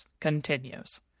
continues